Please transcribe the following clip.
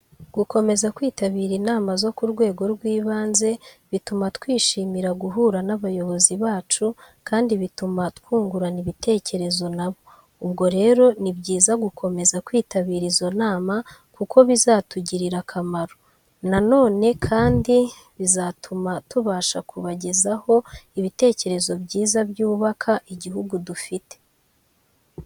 Gukomeza kwitabira inama zo ku rwego rw'ibanze, bituma twishimira guhura n'abayobozi bacu kandi bituma twungurana ibitekerezo na bo. Ubwo rero ni byiza gukomeza kwitabira izo nama kuko bizatugirira akamaro. Na none kandi bizatuma tubasha kubagezaho ibitekerezo byiza by'ubaka igihugu dufite.